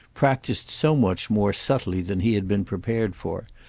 practised so much more subtly than he had been prepared for,